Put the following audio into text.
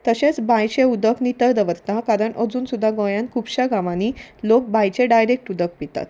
तशेंच बांयचें उदक नितळ दवरता कारण अजून सुद्दां गोंयान खुबश्या गांवांनी लोक बांयचे डायरेक्ट उदक पितात